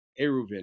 Eruvin